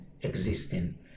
existing